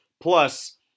plus